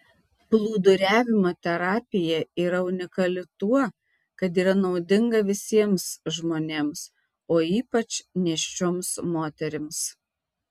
plūduriavimo terapija yra unikali tuo kad yra naudinga visiems žmonėms o ypač nėščioms moterims